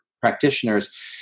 practitioners